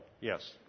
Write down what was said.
Yes